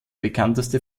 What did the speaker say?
bekannteste